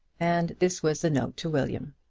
and this was the note to william